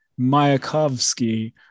Mayakovsky